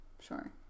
sure